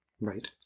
Right